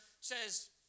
says